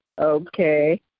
Okay